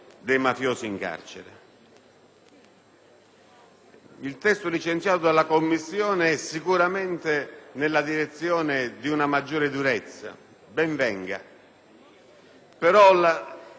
Il testo licenziato dalle Commissioni è sicuramente nella direzione di una maggiore durezza: ben venga; però il rischio che corriamo